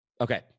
Okay